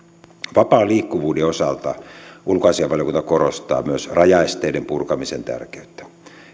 vapaan liikkuvuuden osalta ulkoasiainvaliokunta korostaa myös rajaesteiden purkamisen tärkeyttä